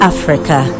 Africa